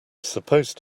supposed